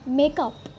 makeup